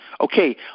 Okay